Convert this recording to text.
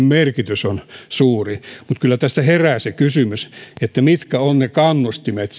merkitys on suuri mutta kyllä tästä herää se kysymys mitkä ovat ne kannustimet